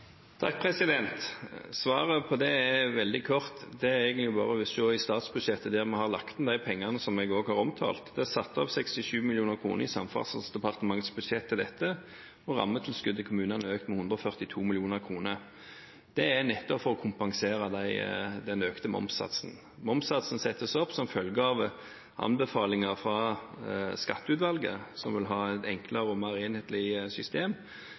Svaret på det er veldig kort: Det er egentlig bare å se i statsbudsjettet, der vi har lagt inn de pengene som jeg også har omtalt. Det er satt av 67 mill. kr i Samferdselsdepartementets budsjett til dette, og rammetilskuddet i kommunene er økt med 142 mill. kr, nettopp for å kompensere den økte momssatsen. Momssatsen settes opp som følge av anbefalinger fra Skatteutvalget, som vil ha et enklere og mer enhetlig system.